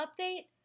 update